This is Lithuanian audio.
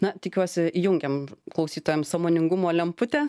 na tikiuosi jungiam klausytojams sąmoningumo lemputę